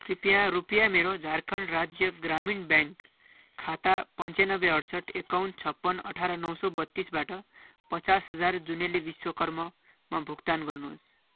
कृपया रुपियाँ मेरो झारखण्ड राज्य ग्रामीण ब्याङ्क खाता पन्चान्नब्बे अठसट्ठी एकाउन्न छपन्न अठार नौ सौ बत्तिसबाट पचास हजार जुनेली विश्वकर्मामा भुक्तान गर्नुहोस्